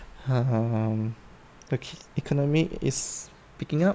um the economy is picking up